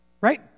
right